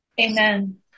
Amen